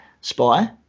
spy